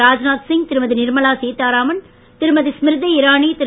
ராஜ்நாத் சிங் திருமதி நிர்மலா சீதாராமன் திருமதி ஸ்மிருதி இரானி திரு